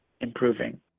improving